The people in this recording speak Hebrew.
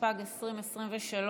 התשפ"ג 2023,